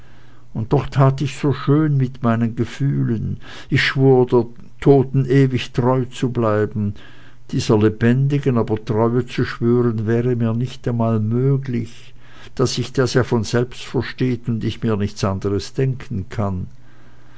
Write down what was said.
und doch tat ich so schön mit meinen gefühlen ich schwur der toten ewig treu zu sein dieser lebendigen aber treue zu schwören wäre mir nicht einmal möglich da sich das ja von selbst versteht und ich mir nichts anderes denken kann